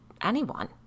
anyone